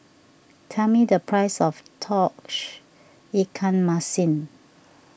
tell me the price of Tauge Ikan Masin